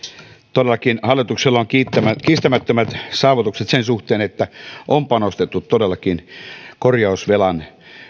todellakin hallituksella on kiistämättömät saavutukset sen suhteen että on panostettu korjausvelan